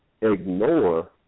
ignore